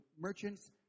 merchants